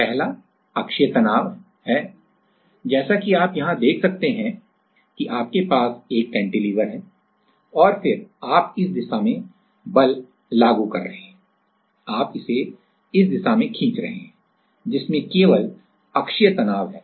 पहला अक्षीय तनाव है जैसा कि आप यहां देख सकते हैं कि आपके पास एक कैंटिलीवर है और फिर आप इस दिशा में बल लागू कर रहे हैं आप इसे इस दिशा में खींच रहे हैं जिसमें केवल अक्षीय तनाव है